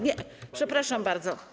Nie, przepraszam bardzo.